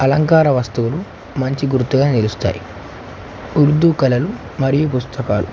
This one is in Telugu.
అలంకార వస్తువులు మంచి గుర్తుగా నిలుస్తాయి ఉర్దూ కళలు మరియు పుస్తకాలు